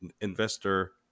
investor